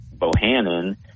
Bohannon